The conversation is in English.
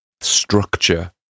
structure